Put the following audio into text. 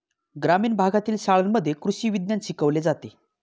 ग्रामीण भागातील शाळांमध्ये कृषी विज्ञान शिकवले जाते